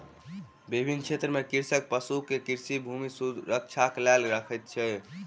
विभिन्न क्षेत्र में कृषक पशु के कृषि भूमि सुरक्षाक लेल रखैत अछि